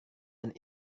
dan